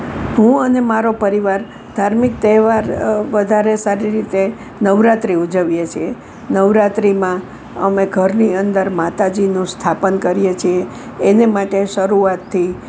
હું અને મારો પરિવાર ધાર્મિક તહેવાર વધારે સારી રીતે નવરાત્રિ ઉજવીએ છીએ નવરાત્રીમાં અમે ઘરની અંદર માતાજીનું સ્થાપન કરીએ છીએ એને માટે શરૂઆતથી